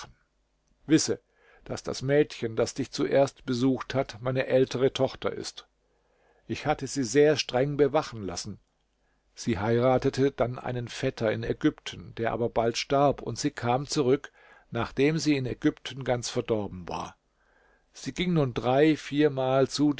wisse daß das mädchen das dich zuerst besucht hat meine ältere tochter ist ich hatte sie sehr streng bewachen lassen sie heiratete dann einen vetter in ägypten der aber bald starb und sie kam zurück nachdem sie in ägypten ganz verdorben war sie ging nun drei viermal zu